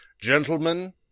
Gentlemen